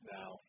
now